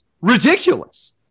ridiculous